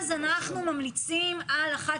אז אנחנו ממליצים על 1,